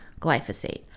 glyphosate